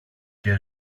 και